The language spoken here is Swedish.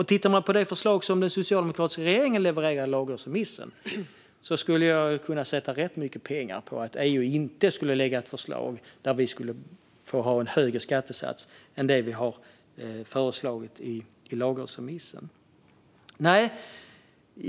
När det gäller det förslag som den socialdemokratiska regeringen levererade kan jag sätta ganska mycket pengar på att EU inte skulle lägga fram ett förslag på en högre skattesats än den vi föreslog i lagrådsremissen.